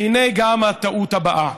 והינה גם הטעות הבאה,